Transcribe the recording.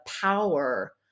power